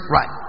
Right